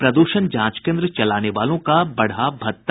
प्रदूषण जांच केन्द्र चलाने वालों का बढ़ा भत्ता